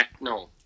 no